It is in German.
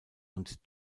und